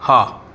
હા